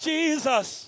Jesus